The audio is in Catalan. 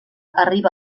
arriba